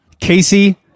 Casey